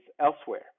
elsewhere